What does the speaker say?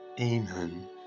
Amen